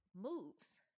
moves